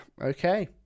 Okay